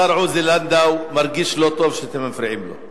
השר עוזי לנדאו מרגיש לא טוב שאתם מפריעים לו.